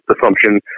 assumption